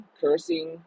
cursing